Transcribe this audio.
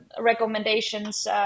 recommendations